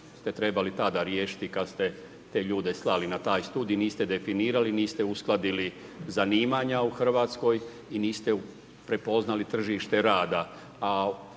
ste trebali tada riješiti kada ste te ljude slali na taj studij, niste definirali, niste uskladili definiranja u Hrvatskoj i niste prepoznali tržište rada,